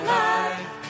life